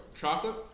Chocolate